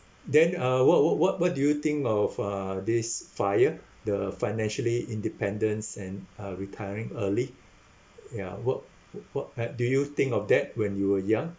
then uh what what what what do you think of uh this FIRE the financially independence and uh retiring early ya work w~ work at do you think of that when you were young